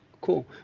cool